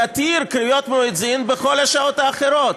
יתיר קריאות מואזין בכל השעות האחרות.